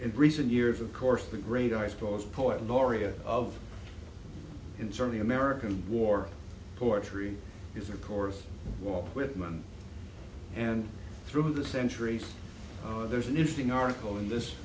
recent years of course the great i suppose poet laureate of inserting american war poetry is of course walt whitman and through the centuries there's an interesting article in this